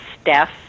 Steph